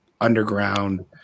underground